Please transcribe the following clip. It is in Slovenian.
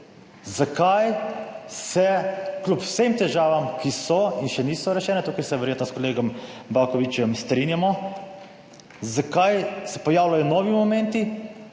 zakaj se kljub vsem težavam, ki so in še niso rešene, tukaj se verjetno s kolegom Bakovićem strinjamo, zakaj se pojavljajo novi momenti,